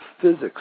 physics